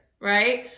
right